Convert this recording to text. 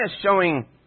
showing